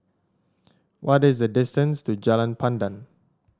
what is the distance to Jalan Pandan